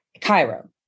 Cairo